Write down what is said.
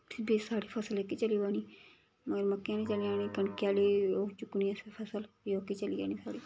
इब्बी जेह्की साढ़ी फसल एह्की चली पौनी मगर मक्कें चली जानी कनक आह्ली ओह् चुक्कनी फसल फ्ही ओह्की चली जानी साढ़ी